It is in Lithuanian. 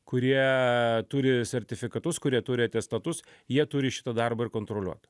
kurie turi sertifikatus kurie turi atestatus jie turi šitą darbą ir kontroliuot